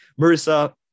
Marissa